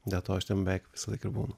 dėl to aš ten beveik visą laiką ir būnu